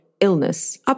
illness